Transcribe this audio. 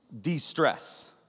de-stress